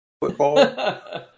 Football